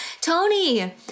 Tony